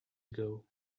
ago